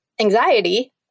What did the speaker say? anxiety